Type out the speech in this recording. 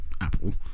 Apple